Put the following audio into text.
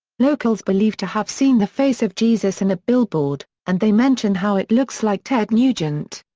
locals believe to have seen the face of jesus in a billboard, and they mention how it looks like ted nugent.